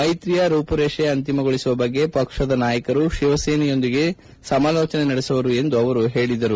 ಮೈತ್ರಿಯ ರೂಪುರೇಷೆ ಅಂತಿಮಗೊಳಸುವ ಬಗ್ಗೆ ಪಕ್ಷದ ನಾಯಕರು ಶಿವಸೇನೆಯೊಂದಿಗೆ ಸಮಾಲೋಚನೆ ನಡೆಸುವರು ಎಂದು ಅವರು ಹೇಳಿದರು